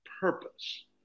purpose